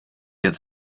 get